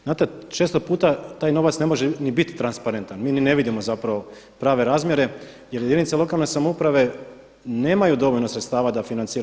Znate, često puta taj novac ne može ni bit transparentan, mi ni ne vidimo zapravo prave razmjere jer jedinice lokalne samouprave nemaju dovoljno sredstava da financiraju.